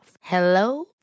Hello